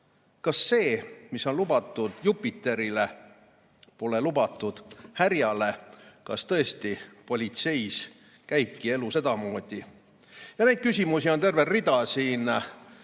Kas see, mis on lubatud Jupiterile, pole lubatud härjale? Kas tõesti politseis käibki elu sedamoodi? Neid küsimusi on terve rida, siin